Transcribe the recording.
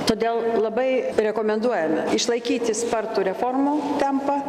todėl labai rekomenduojame išlaikyti spartų reformų tempą